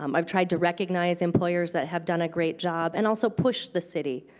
um i've tried to recognize employers that have done a great job and also push the city.